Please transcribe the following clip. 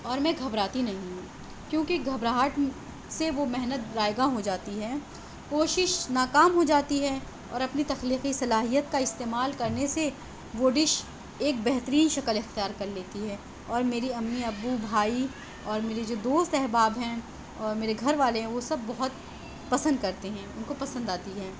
اور میں گھبراتی نہیں ہوں کیوں کہ گھبراہٹ سے وہ محنت رائگاں ہو جاتی ہے کوشش ناکام ہو جاتی ہے اور اپنی تخلیقی صلاحیت کا استعمال کرنے سے وہ ڈش ایک بہترین شکل اختیار کر لیتی ہے اور میری امی ابو بھائی اور میری جو دوست احباب ہیں اور میرے گھر والے ہیں وہ سب بہت پسند کرتے ہیں ان کو پسند آتی ہیں